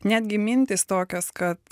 netgi mintys tokios kad